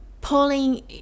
pulling